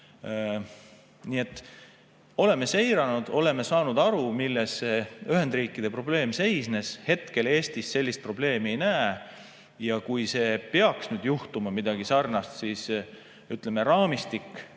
Nii et me oleme seiranud, oleme saanud aru, milles Ühendriikide probleem seisnes. Hetkel Eestis sellist probleemi ei näe. Kui peaks nüüd juhtuma midagi sarnast, siis, ütleme, raamistik